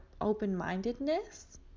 open-mindedness